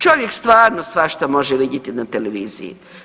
Čovjek stvarno svašta može vidjeti na televiziji.